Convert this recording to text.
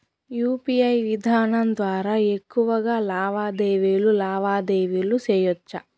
UPI విధానం ద్వారా ఎక్కువగా లావాదేవీలు లావాదేవీలు సేయొచ్చా?